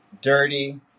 dirty